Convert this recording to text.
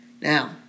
Now